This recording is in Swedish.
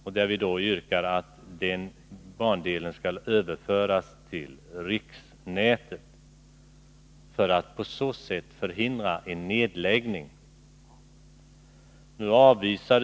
I motionen yrkas att bandelen i fråga skall överföras till riksnätet, för att på så sätt förhindra en nedläggning.